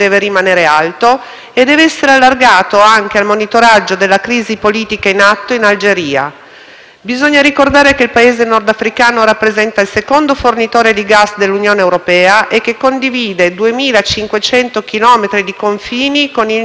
Bisogna ricordare che il Paese nordafricano rappresenta il secondo fornitore di gas dell'Unione europea e che condivide 2.500 chilometri di confini con il Niger e il Mali, stati nei quali transitano alcune tra le principali rotte migratorie africane.